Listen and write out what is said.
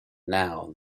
now